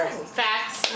Facts